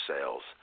sales